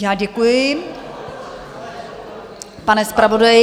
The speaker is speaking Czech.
Já děkuji, pane zpravodaji.